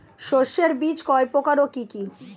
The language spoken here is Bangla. শস্যের বীজ কয় প্রকার ও কি কি?